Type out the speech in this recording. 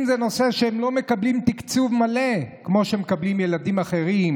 אם זה הנושא שהם לא מקבלים תקצוב מלא כמו שמקבלים ילדים אחרים,